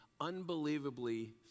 unbelievably